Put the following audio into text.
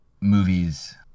movies